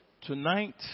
Tonight